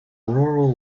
rural